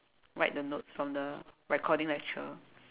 write the notes from the recording lecture